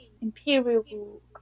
imperial